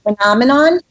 phenomenon